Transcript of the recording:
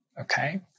okay